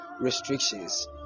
restrictions